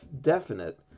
definite